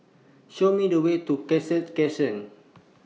Show Me The Way to Cassia Crescent